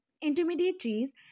intermediaries